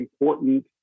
important